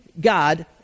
God